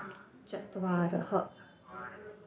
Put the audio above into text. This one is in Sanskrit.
चत्वारः